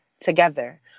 together